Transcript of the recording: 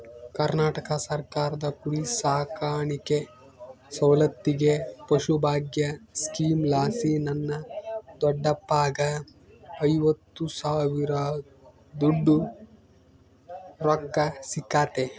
ಕರ್ನಾಟಕ ಸರ್ಕಾರದ ಕುರಿಸಾಕಾಣಿಕೆ ಸೌಲತ್ತಿಗೆ ಪಶುಭಾಗ್ಯ ಸ್ಕೀಮಲಾಸಿ ನನ್ನ ದೊಡ್ಡಪ್ಪಗ್ಗ ಐವತ್ತು ಸಾವಿರದೋಟು ರೊಕ್ಕ ಸಿಕ್ಕತೆ